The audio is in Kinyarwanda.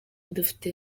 dufite